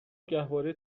گهواره